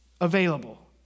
available